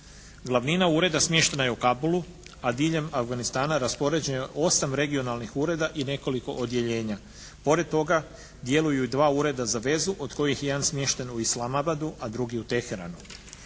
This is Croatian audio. Glavnina ureda smještena je u Kabulu, a diljem Afganistana raspoređeno je 8 regionalnih ureda i nekoliko odjeljenja. Pored toga djeluju i dva ureda za vezu od kojih je jedan smješten u Islamabadu, a drugi u Teheranu.